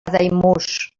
daimús